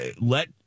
let